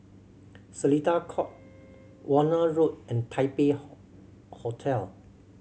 Seletar Court Warna Road and Taipei Hotel